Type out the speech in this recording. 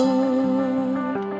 Lord